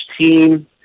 team